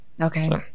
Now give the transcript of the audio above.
Okay